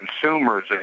consumers